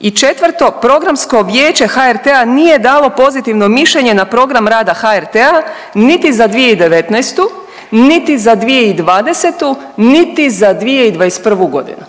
i četvrto programsko vijeće HRT-a nije dalo pozitivno mišljenje na program rada HRT-a niti za 2019., niti za 2020., niti za 2021. godinu.